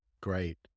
Great